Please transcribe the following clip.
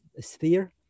sphere